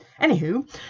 anywho